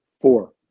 Four